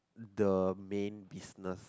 the main business